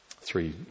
Three